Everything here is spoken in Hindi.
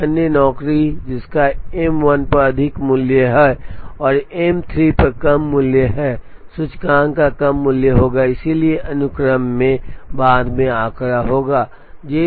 एक अन्य नौकरी जिसका एम 1 पर अधिक मूल्य है और एम 3 पर कम मूल्य है सूचकांक का कम मूल्य होगा और इसलिए अनुक्रम में बाद में आंकड़ा होगा